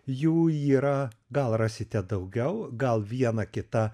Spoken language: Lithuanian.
jų yra gal rasite daugiau gal viena kita